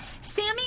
Sammy